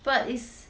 but it's